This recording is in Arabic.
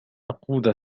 أقود